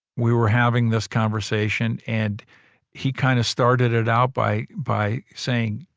we were having this conversation and he kind of started it out by by saying,